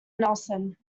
nelson